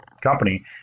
company